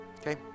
Okay